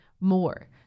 more